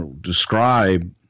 describe